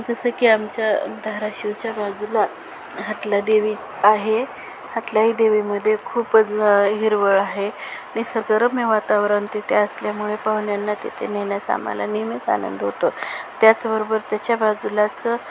जसं की आमच्या धाराशिवच्या बाजूला हातला देवी आहे हातलाई देवीमध्ये खूपच हिरवळ आहे निसर्गरम्य वातावरण तिथे असल्यामुळे पाहुण्यांना तिथे नेण्यात आम्हाला नेहमीच आनंद होतो त्याचबरोबर त्याच्या बाजूलाच